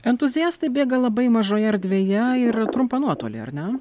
entuziastai bėga labai mažoje erdvėje ir trumpą nuotolį ar ne